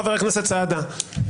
חבר הכנסת סעדה,